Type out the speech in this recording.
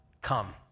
come